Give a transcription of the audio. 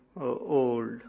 old